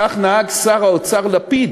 כך נהג שר האוצר לפיד,